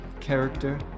character